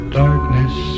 darkness